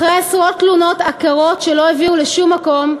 אחרי עשרות תלונות עקרות שלא הביאו לשום מקום,